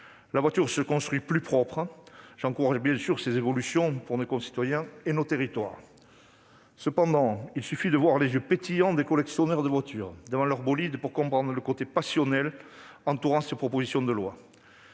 des voitures plus propres. J'encourage bien sûr ces évolutions pour nos citoyens et nos territoires. Cependant, il suffit de voir les yeux pétillants des collectionneurs de voitures devant leur bolide pour comprendre les passions que suscite cette proposition de loi.